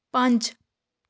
ਪੰਜ